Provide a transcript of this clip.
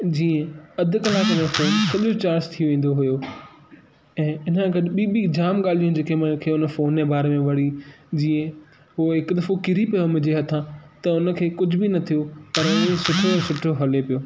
जीअं अधि कलाकु फ़ोन फुली चार्ज थी वेंदो हुयो ऐं इन गॾु ॿी बि जाम ॻाल्हियूं इन जेके मूंखे हुन फ़ोन जे बारे में वणी जीअं हु हिकु दफ़ो किरी पियो मुंहिंजे हथां त उनखे कुझु बि न थियो पर हो सुठो सुठो हले पियो